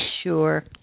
sure